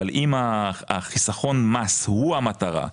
אבל אם החיסכון מס הוא המטרה,